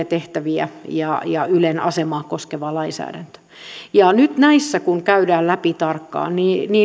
tehtäviä ja ja ylen asemaa koskeva lainsäädäntö nyt näissä kun käydään läpi tarkkaan